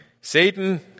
Satan